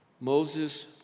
Moses